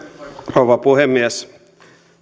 rouva puhemies